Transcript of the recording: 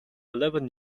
eleven